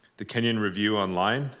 the kenyon review online,